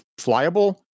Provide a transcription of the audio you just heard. flyable